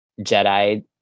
jedi